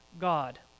God